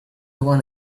one